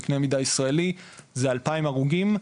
בקנה מידה ישראלי זה 2000 הרוגים,